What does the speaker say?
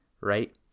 right